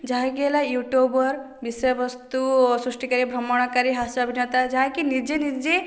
ଯାହାକି ହେଲା ୟୁଟ୍ୟୁବର ବିଷୟବସ୍ତୁ ସୃଷ୍ଟିକାରୀ ଭ୍ରମଣକାରୀ ହାସ୍ୟ ଅଭିନେତା ଯାହାକି ନିଜେନିଜେ